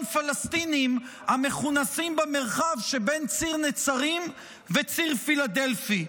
פלסטינים המכונסים במרחב שבין ציר נצרים לציר פילדלפי.